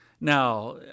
Now